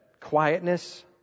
quietness